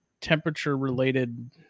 temperature-related